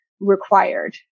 required